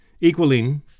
equaling